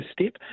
step